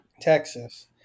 Texas